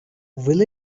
will